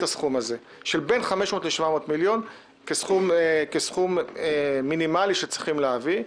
הסכום הזה של בין 500 ל-700 מיליון כסכום מינימלי שצריכים להביא.